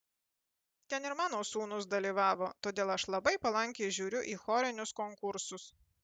ten ir mano sūnus dalyvavo todėl aš labai palankiai žiūriu į chorinius konkursus